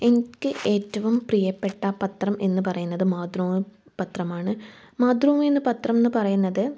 എനിക്ക് ഏറ്റവും പ്രിയപ്പെട്ട പത്രം എന്ന് പറയുന്നത് മാതൃഭൂമി പത്രമാണ് മാതൃഭൂമിയെന്ന് പത്രം എന്ന് പറയുന്നത്